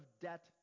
debt